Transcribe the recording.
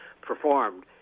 performed